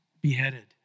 beheaded